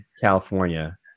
California